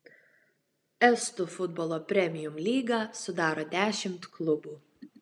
estų futbolo premium lygą sudaro dešimt klubų